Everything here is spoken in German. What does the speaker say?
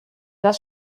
das